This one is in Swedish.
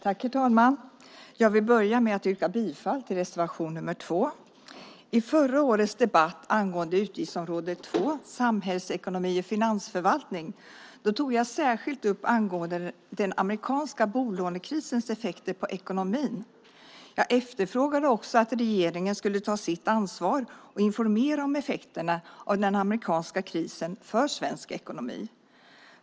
Herr talman! Jag vill börja med att yrka bifall till reservation 2. I förra årets debatt angående utgiftsområde 2 Samhällsekonomi och finansförvaltning tog jag särskilt upp den amerikanska bolånekrisens effekter på ekonomin. Jag efterfrågade att regeringen skulle ta sitt ansvar och informera om effekterna av den amerikanska krisen för svensk ekonomi.